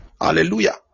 hallelujah